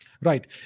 Right